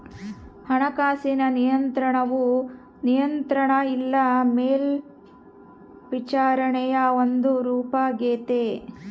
ಹಣಕಾಸಿನ ನಿಯಂತ್ರಣವು ನಿಯಂತ್ರಣ ಇಲ್ಲ ಮೇಲ್ವಿಚಾರಣೆಯ ಒಂದು ರೂಪಾಗೆತೆ